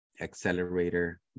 Accelerator